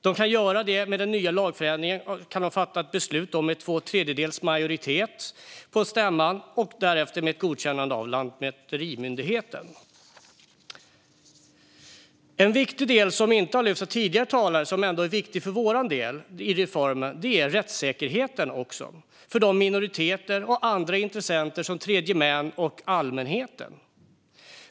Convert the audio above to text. I och med lagändringen kan de fatta beslut med två tredjedelars majoritet på stämman, med ett godkännande av lantmäterimyndigheten därefter. En viktig del i reformen som inte har lyfts av tidigare talare men som är viktig för oss är rättssäkerheten för minoriteter och andra intressenter som tredjemän och allmänheten.